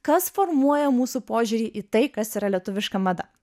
kas formuoja mūsų požiūrį į tai kas yra lietuviška mada